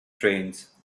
trains